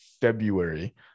February